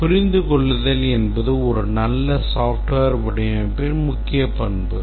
புரிந்துகொள்ளுதல் என்பது ஒரு நல்ல software வடிவமைப்பின் முக்கிய பண்பு